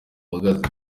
buhagaze